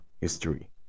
history